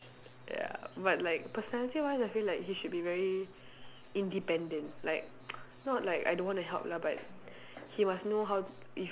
ya but like personality wise I feel like he should be very independent like not like I don't want to help lah but he must know how if